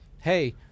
hey